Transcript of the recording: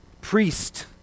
Priest